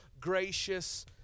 gracious